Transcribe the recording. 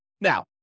Now